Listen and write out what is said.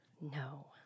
No